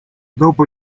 dopo